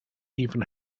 even